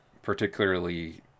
Particularly